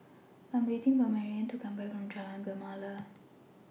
I Am waiting For Marianne to Come Back from Jalan Gemala